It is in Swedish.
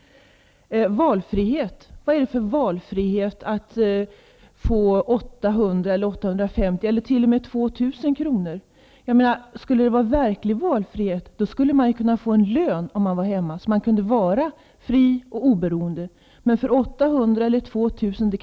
Vad är det för valfrihet att få 800, 850 eller t.o.m. 2 000 kr.? Om det var fråga om verklig valfrihet, skulle man få lön under den tid man är hemma, så att man kan vara fri och oberoende. Men om man får 800 eller 2 000 kr.